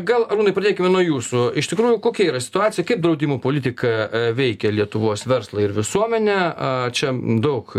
gal arūnui pradėkime nuo jūsų iš tikrųjų kokia yra situacija kaip draudimų politika veikia lietuvos verslą ir visuomenę a čia daug